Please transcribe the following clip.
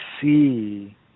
see